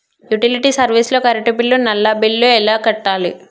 Utility service లో current bill, నల్లా bill ఎలా కట్టాలి?